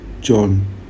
John